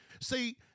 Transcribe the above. See